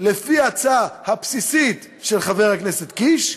לפי ההצעה הבסיסית של חבר הכנסת קיש,